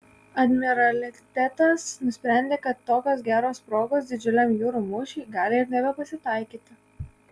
admiralitetas nusprendė kad tokios geros progos didžiuliam jūrų mūšiui gali ir nebepasitaikyti